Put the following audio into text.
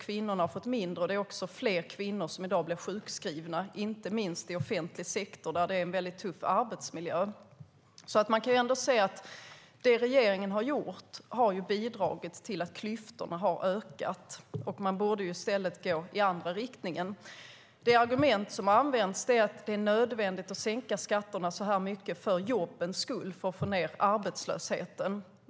Kvinnorna har fått mindre, och det är också fler kvinnor som i dag blir sjukskrivna, inte minst i offentlig sektor, där det är en väldigt tuff arbetsmiljö. Det regeringen har gjort har bidragit till att klyftorna har ökat. Man borde i stället gå i andra riktningen. Det argument som används är att det är nödvändigt att sänka skatterna för jobbens skull, för att få ned arbetslösheten.